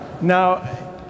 now